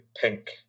pink